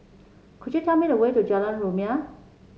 could you tell me the way to Jalan Rumia